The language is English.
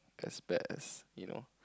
as bad as you know